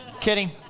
Kidding